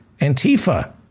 Antifa